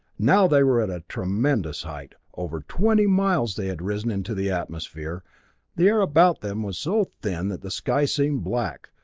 now they were at a tremendous height over twenty miles they had risen into the atmosphere the air about them was so thin that the sky seemed black,